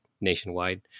nationwide